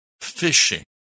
fishing